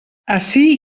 ací